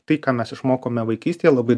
tai ką mes išmokome vaikystėje labai